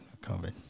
COVID